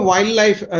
Wildlife